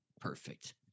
Perfect